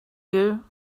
you